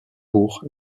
pour